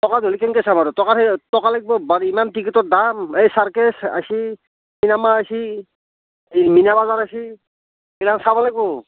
টকা নাথকিলে কেনকে চাবা আৰু টকা টকা থাকলিহে টকা লাগব বাপৰে ইমান টিকটৰ দাম এই চাৰ্কাছ আইছি চিনেমা আইছি এই মিনাবজাৰ আইছি সেইবিলাক চাব লাগব